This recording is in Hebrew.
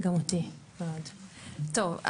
טוב,